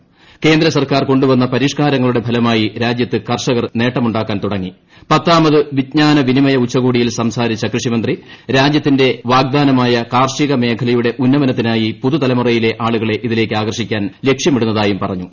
ക്ടേന്ദ്രി്സർക്കാർ കൊണ്ടു വന്ന പരിഷ്കാരങ്ങളുടെ നേട്ടമുണ്ടാക്കാൻ തുടിങ്ങി പത്താമത് വിജ്ഞാന വിനിമയ ഉച്ചുകോടിയിൽ സംസാരിച്ച കൃഷിമന്ത്രി രാജ്യത്തിന്റെ വാഗ്ധാനമായ കാർഷിക മേഖലയുടെ ഉന്നമനത്തിനായി പുതുതലമുറയിലെ ആളുകളെ ഇതിലേക്ക് ആകർഷിക്കാൻ ലക്ഷൃമിടുന്നതായും പറഞ്ഞു